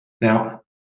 Now